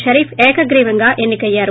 షరీఫ్ ఏకగ్రీవంగా ఎన్ని కయ్యారు